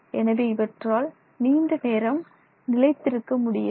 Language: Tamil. எனவே இவற்றால் நீண்ட நேரம் நிலைத்திருக்க முடியாது